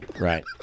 right